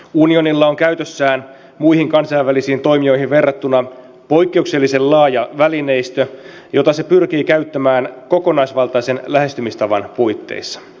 unionilla on käytössään muihin kansainvälisiin toimijoihin verrattuna poikkeuksellisen laaja välineistö jota se pyrkii käyttämään kokonaisvaltaisen lähestymistavan puitteissa